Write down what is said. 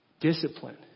discipline